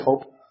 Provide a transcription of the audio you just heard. hope